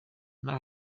muri